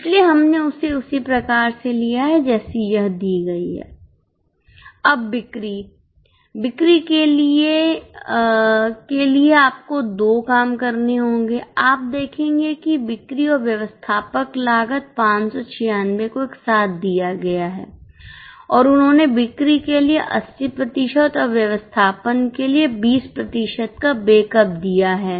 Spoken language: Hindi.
इसलिए हमने इसे उसी प्रकार से लिया है जैसी यह दी गई है अब बिक्री बिक्री के लिए के लिए आपको दो काम करने होंगे आप देखेंगे कि बिक्री और व्यवस्थापक लागत 596 को एक साथ दिया गया है और उन्होंनेबिक्री के लिए 80 प्रतिशत और व्यवस्थापन के लिए 20 प्रतिशत का ब्रेकअप दिया है